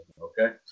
Okay